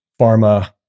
pharma